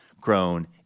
grown